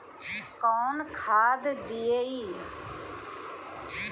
कौन खाद दियई?